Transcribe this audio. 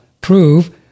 prove